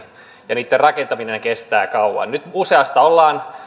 ja niitten rakentaminen kestää kauan nyt useasta ollaan